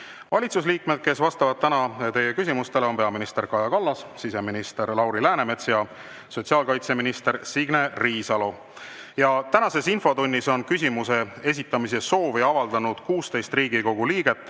Valitsusliikmed, kes vastavad täna teie küsimustele, on peaminister Kaja Kallas, siseminister Lauri Läänemets ja sotsiaalkaitseminister Signe Riisalo. Tänases infotunnis on küsimuse esitamise soovi avaldanud 16 Riigikogu liiget.